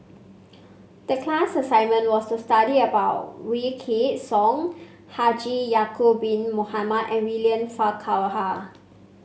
the class assignment was to study about Wykidd Song Haji Ya'acob Bin Mohamed and William Farquhar